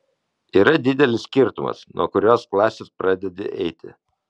yra didelis skirtumas nuo kurios klasės pradedi eiti